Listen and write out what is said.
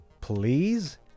please